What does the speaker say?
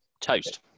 toast